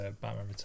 Batman